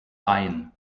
ain